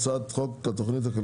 אני פותח את הישיבה בנושא,